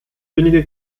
wenige